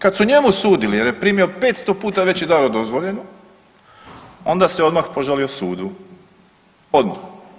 Kad su njemu sudili jer je primio 500 puta veći dar od dozvoljenog onda se odmah požalio sudu, odmah.